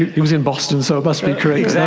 it it was in boston so it must be correct. yeah